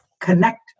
connect